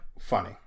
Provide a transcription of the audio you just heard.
funny